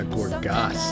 Gorgas